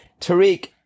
Tariq